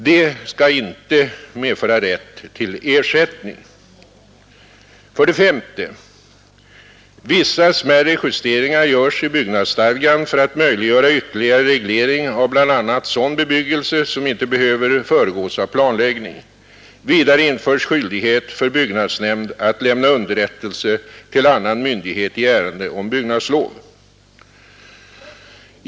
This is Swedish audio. Det skall inte medföra rätt till ersättning.